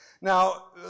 Now